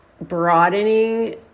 broadening